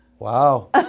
Wow